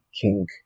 king